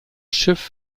schiff